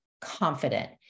confident